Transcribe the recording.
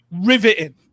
riveting